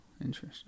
interesting